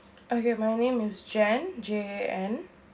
okay my name is jan J A N